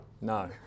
No